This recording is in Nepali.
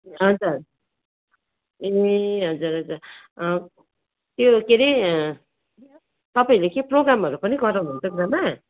हजुर ए हजुर हजुर त्यो के हरे तपाईँहरूले के प्रोगामहरू पनि गराउनुहुन्छ गुरुमा